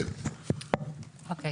אוקיי